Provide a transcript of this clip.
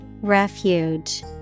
Refuge